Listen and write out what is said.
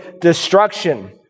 destruction